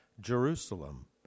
Jerusalem